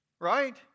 right